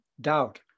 doubt